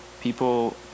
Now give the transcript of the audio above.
people